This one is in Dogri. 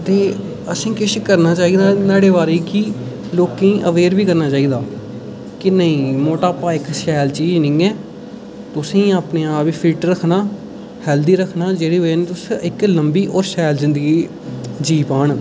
असें गी किश करना चाहिदा एह्दे बारे च लोकें गी अवेयर बी करना चाहिदा कि नेईं मटापा इक शैल चीज़ निं ऐ तुसें गी अपने आप गी फिट रक्खना हैल्थी रक्खना जेह्दी वजह् नै तुस इक लम्बी ते शैल जिंदगी जी पान